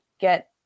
get